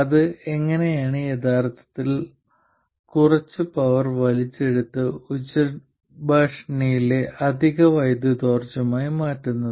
അത് എങ്ങനെയാണ് യഥാർത്ഥത്തിൽ അതിൽ നിന്ന് കുറച്ച് പവർ വലിച്ചെടുത്ത് ഉച്ചഭാഷിണിയിലെ അധിക വൈദ്യുതിയോർജ്ജമായി മാറ്റുന്നത്